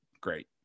great